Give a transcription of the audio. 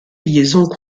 liaisons